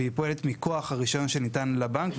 והיא פועלת מכוח הרישיון שניתן לבנק,